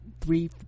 three